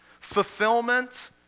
fulfillment